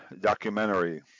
documentary